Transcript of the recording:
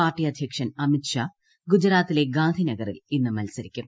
party അധ്യക്ഷൻ അമിത്ഷാ ഗുജറാത്തിലെ ഗാന്ധിനഗറിൽ നിന്ന് മത്സരിക്കും